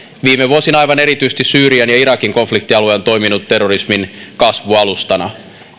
viime vuosina aivan erityisesti syyrian ja irakin konfliktialue on toiminut terrorismin kasvualustana